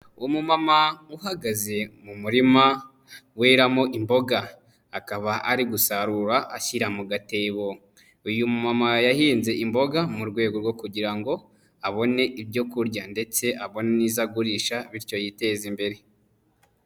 Umumama uhagaze mu murima weramo imboga, akaba ari gusarura ashyira mu gatebo. Uyu yahinze imboga mu rwego rwo kugira ngo abone ibyo kurya ndetse abone n'izo agurisha bityo yiteze imbere.